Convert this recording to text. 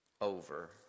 over